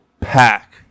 pack